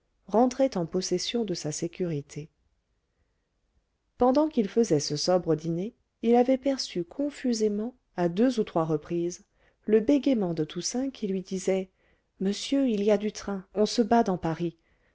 rentrait en possession de sa sécurité pendant qu'il faisait ce sobre dîner il avait perçu confusément à deux ou trois reprises le bégayement de toussaint qui lui disait monsieur il y a du train on se bat dans paris